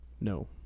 No